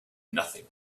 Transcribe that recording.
nothing